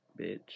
bitch